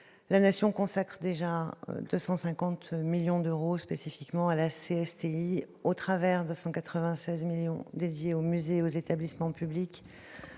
La Nation consacre déjà 250 millions d'euros spécifiquement à la CSTI : 196 millions d'euros dédiés aux musées et aux établissements publics